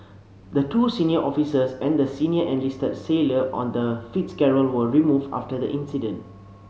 the two senior officers and the senior enlisted sailor on the Fitzgerald were removed after the incident